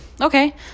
okay